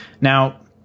Now